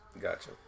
Gotcha